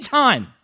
time